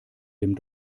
dem